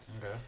Okay